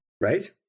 Right